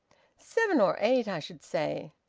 seven or eight, i should say.